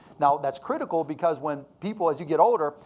now that's critical because when people, as you get older.